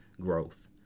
growth